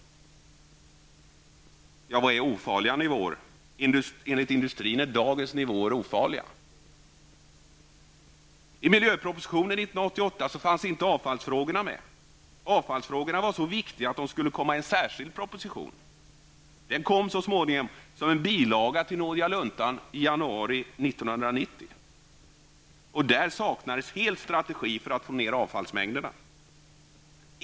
Vad är ofarliga nivåer? Enligt industrin är dagens nivåer ofarliga. I miljöpropositionen 1988 fanns inte avfallsfrågorna med. Avfallsfrågorna var så viktiga att de skulle komma i en särskild proposition. Den kom så småningom som en bilaga till nådiga luntan i januari 1990. Där saknades helt strategi för att få ner avfallsmängderna.